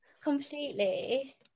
Completely